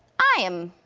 i am,